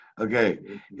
Okay